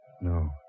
No